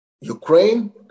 Ukraine